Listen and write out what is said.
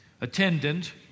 attendant